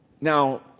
Now